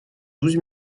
douze